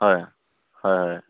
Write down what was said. হয় হয় হয়